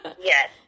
Yes